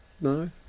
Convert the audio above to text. No